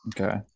Okay